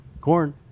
corn